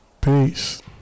Peace